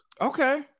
Okay